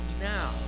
now